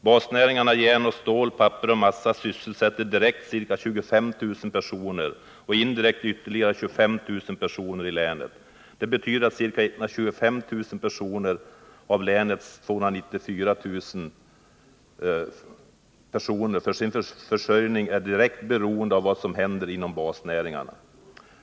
Basnäringarna järn och stål samt papper och massa sysselsätter direkt ca 25 000 personer och indirekt ytterligare 25 000 personer i länet. Det betyder att ca 125 000 personer av länets 294 000 invånare för sin försörjning är direkt beroende av vad som händer inom basnäringarna.